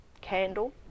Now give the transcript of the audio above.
candle